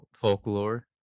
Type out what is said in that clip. folklore